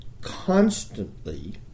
constantly